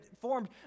formed